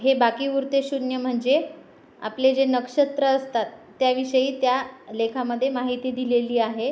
हे बाकी उरते शून्य म्हणजे आपले जे नक्षत्रं असतात त्याविषयी त्या लेखामध्ये माहिती दिलेली आहे